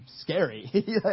scary